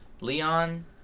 Leon